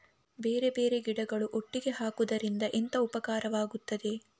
ಬೇರೆ ಬೇರೆ ಗಿಡಗಳು ಒಟ್ಟಿಗೆ ಹಾಕುದರಿಂದ ಎಂತ ಉಪಕಾರವಾಗುತ್ತದೆ?